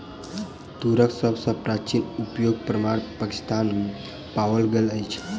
तूरक सभ सॅ प्राचीन उपयोगक प्रमाण पाकिस्तान में पाओल गेल अछि